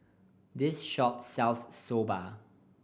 this shop sells Soba